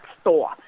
store